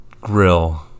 grill